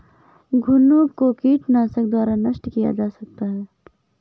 घुनो को कीटनाशकों द्वारा नष्ट किया जा सकता है